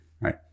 right